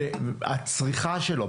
הצריכה שלו,